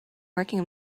working